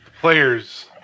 players